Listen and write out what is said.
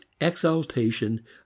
exaltation